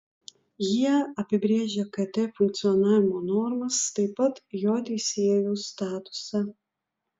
jie apibrėžia kt funkcionavimo normas taip pat jo teisėjų statusą